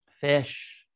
fish